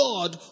God